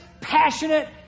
passionate